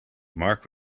marc